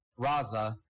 Raza